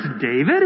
David